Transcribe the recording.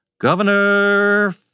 Governor